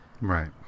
Right